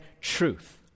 truth